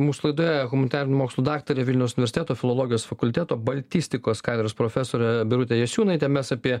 mūsų laidoje humanitarinių mokslų daktarė vilniaus universiteto filologijos fakulteto baltistikos katedros profesorė birutė jasiūnaitė mes apie